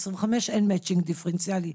של 25 אין מאצ'ינג דיפרנציאלי.